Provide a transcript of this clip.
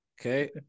Okay